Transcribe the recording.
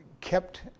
kept